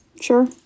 Sure